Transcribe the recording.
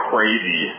Crazy